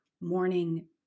morning